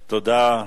תודה.